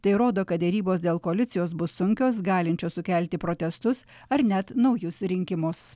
tai rodo kad derybos dėl koalicijos bus sunkios galinčios sukelti protestus ar net naujus rinkimus